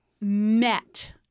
met